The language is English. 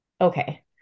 okay